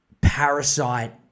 parasite